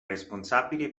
responsabile